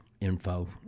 info